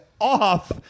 off